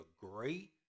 great